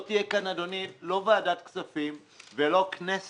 לא תהיה כאן לא ועדת כספים ולא כנסת